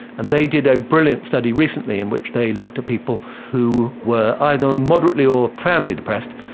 and they did a brilliant study recently in which they looked at people who were either moderately or profoundly depressed,